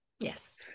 Yes